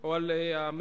אדוני היושב-ראש,